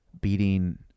beating